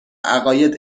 عقاید